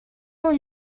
one